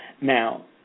Now